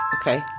Okay